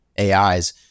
AIs